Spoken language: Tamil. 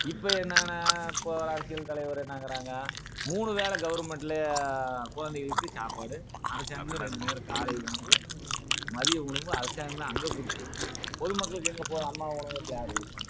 இப்போ என்னான்னா இப்போ வர்ற அரசியல் தலைவர் என்னங்கிறாங்க மூணு வேளை கவர்ன்மெண்டில் குழந்தைகளுக்கு சாப்பாடு அரசாங்கமே ரெண்டு நேர காலை உணவு மதிய உணவு அரசாங்கமே அங்கே கொடுக்குது பொது மக்களுக்கு எங்கே போவது அம்மா உணவகத்தில் யார் கொடுப்பாங்க